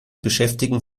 beschäftigen